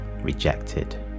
rejected